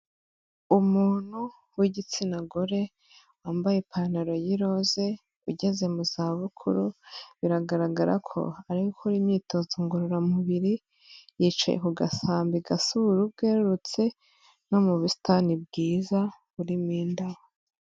Umuntu w'igitsina gore, wambaye ipantaro y'iroze, ugeze mu zabukuru, biragaragara ko ari gukora imyitozo ngororamubiri, yicaye ku gasambi gasa ubururu bwerurutse no mu busitani bwiza burimo indabo.